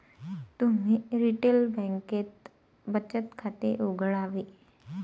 तुम्ही रिटेल बँकेत बचत खाते उघडावे